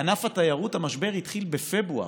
בענף התיירות המשבר התחיל בפברואר.